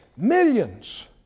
Millions